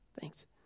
thanks